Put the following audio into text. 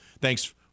Thanks